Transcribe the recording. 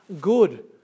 good